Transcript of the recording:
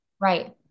Right